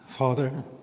Father